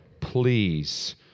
please